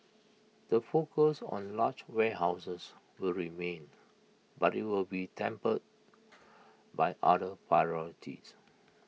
the focus on large warehouses will remain but IT will be tempered by other priorities